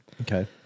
Okay